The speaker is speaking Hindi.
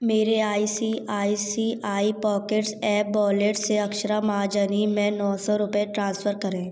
मेरे I C I C I Pockets app wallet से अक्षरा महाजनी में नौ सौ रुपये ट्रांसफर करें